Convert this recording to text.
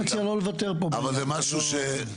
אני מציע לא לוותר בעניין הזה.